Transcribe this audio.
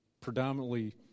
predominantly